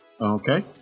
Okay